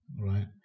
Right